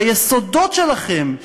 ביסודות שלכם,